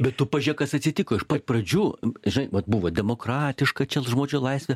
bet tu pažiūrėk kas atsitiko iš pat pradžių žinai vat buvo demokratiška čia žodžio laisvė